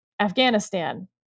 Afghanistan